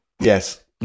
Yes